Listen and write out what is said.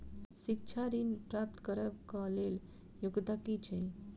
शिक्षा ऋण प्राप्त करऽ कऽ लेल योग्यता की छई?